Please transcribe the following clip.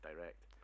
Direct